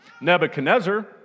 Nebuchadnezzar